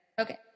Okay